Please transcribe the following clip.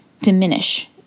diminish